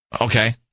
Okay